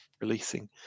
releasing